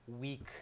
week